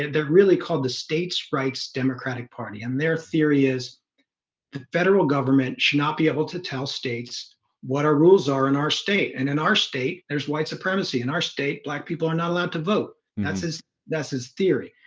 they're really called the states rights democratic party and their theory is the federal government should not be able to tell states what our rules are in our state and in our state there's white supremacy in our state black people are not allowed to vote and that's his that's his theory.